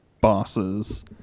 bosses